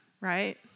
Right